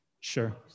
sure